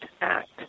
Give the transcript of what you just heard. act